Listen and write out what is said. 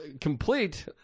complete